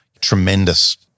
tremendous